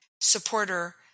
supporter